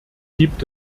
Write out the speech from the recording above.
gibt